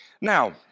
Now